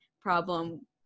problem